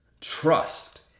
trust